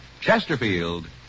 Chesterfield